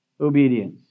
obedience